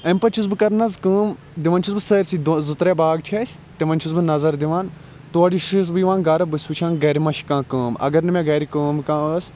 امہِ پَتہٕ چھُس بہٕ کَران حظ کٲم دِوان چھُس بہٕ سٲرسٕے زٕ ترٛےٚ باغ چھِ اَسہ تِمَن چھُس بہٕ نَظَر دِوان تورٕ چھُس بہٕ یِوان گَرٕ بہٕ چھُس وٕچھان گَرٕ مہَ چھِ کانٛہہ کٲم اَگَر نہٕ مےٚ گَرٕ کٲم کانٛہہ ٲسۍ